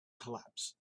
collapsed